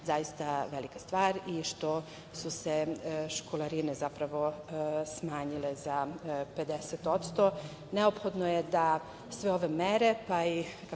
zaista velika stvar i što su se školarine smanjile za 50%. Neophodno je da sve ove mere pa ih kako to